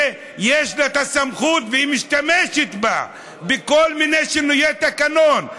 שיש לה את הסמכות והיא משתמשת בה בכל מיני שינויי תקנון,